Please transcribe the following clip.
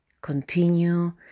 continue